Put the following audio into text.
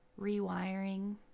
rewiring